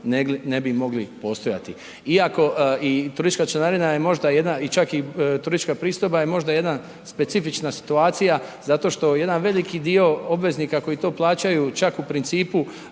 ne bi mogli postojati. Iako, i turistička članarina je možda jedna čak i turistička pristojba je možda jedna specifična situacija zato što jedan veliki dio obveznika koji to plaćaju čak u principu